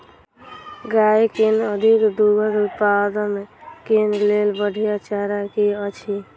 गाय केँ अधिक दुग्ध उत्पादन केँ लेल बढ़िया चारा की अछि?